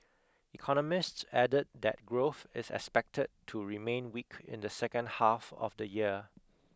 economists added that growth is expected to remain weak in the second half of the year